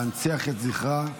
להנציח את זכרה,